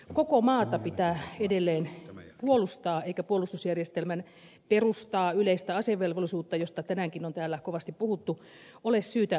koko maata pitää edelleen puolustaa eikä puolustusjärjestelmän perustaa yleistä asevelvollisuutta josta tänäänkin on täällä kovasti puhuttu ole syytä romuttaa